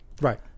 right